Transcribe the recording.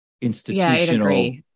institutional